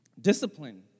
Discipline